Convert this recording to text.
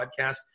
podcast